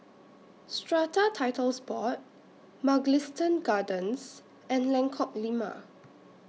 Strata Titles Board Mugliston Gardens and Lengkok Lima